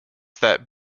that